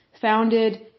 founded